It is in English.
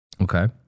Okay